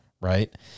right